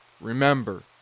remember